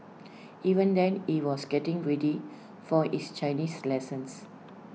even then he was getting ready for his Chinese lessons